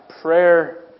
prayer